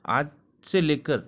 आज से लेकर